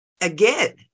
Again